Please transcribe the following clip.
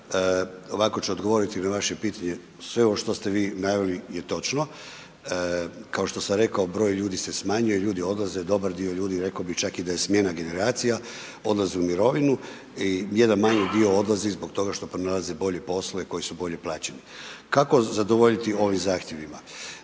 Ovako ću odgovoriti na vaše pitanje. Sve ovo što ste vi naveli je točno. Kao što sam rekao, broj ljudi se smanjuje, ljudi odlaze, dobar dio ljudi rekao bih čak, i da je smjena generacija, odlaze u mirovinu i jedan manji dio odlazi zbog toga što pronalazi bolje poslove koji su bolje plaćeni. Kako zadovoljiti ovim zahtjevima?